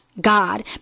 God